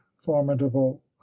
formidable